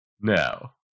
Now